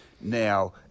Now